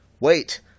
wait